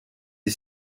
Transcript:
est